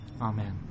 Amen